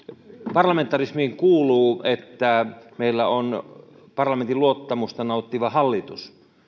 parlamentarismiin kuuluu että meillä on parlamentin luottamusta nauttiva hallitus